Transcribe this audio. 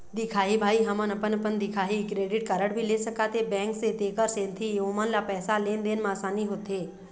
दिखाही भाई हमन अपन अपन दिखाही क्रेडिट कारड भी ले सकाथे बैंक से तेकर सेंथी ओमन ला पैसा लेन देन मा आसानी होथे?